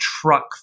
truck